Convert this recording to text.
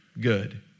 good